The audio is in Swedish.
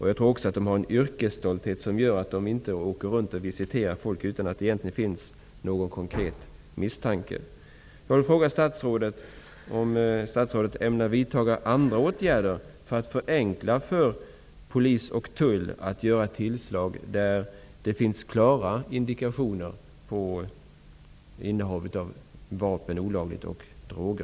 Jag tror också deras yrkesstolthet gör att de inte åker runt och visiterar folk utan att det finns någon konkret misstanke.